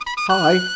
hi